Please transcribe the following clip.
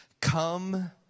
come